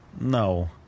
No